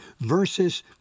versus